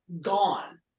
gone